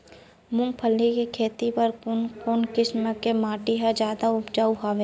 मूंगफली के खेती बर कोन कोन किसम के माटी ह जादा उपजाऊ हवये?